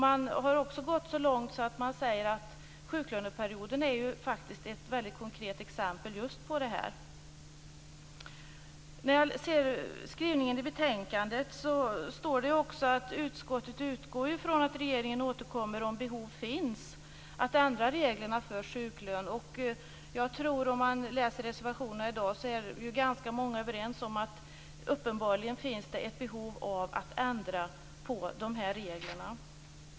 Man har också gått så långt att man har sagt att sjuklöneperioden är ett konkret exempel just på detta. I betänkandet står det att utskottet utgår ifrån att regeringen återkommer om behov finns att ändra reglerna för sjuklön. I många av reservationerna är man också överens om att det uppenbarligen finns ett behov av att ändra dessa regler.